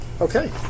Okay